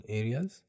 areas